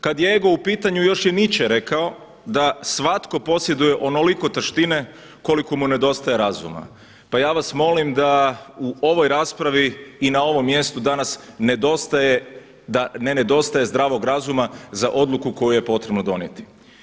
Kada je ego u pitanju još je Nietzsche rekao da „Svatko posjeduje onoliko taštine koliko mu nedostaje razuma“ Pa ja vas molim da u ovoj raspravi i na ovom mjestu danas ne nedostaje zdravog razuma za odluku koju je potrebno donijeti.